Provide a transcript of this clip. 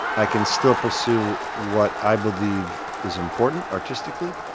i can still pursue what i believe is important artistically.